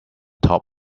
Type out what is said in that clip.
top